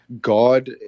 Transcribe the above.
God